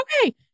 okay